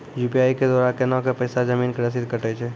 UPI के द्वारा केना कऽ पैसा जमीन के रसीद कटैय छै?